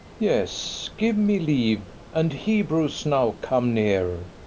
yes give me leave and, hebrews, now come near.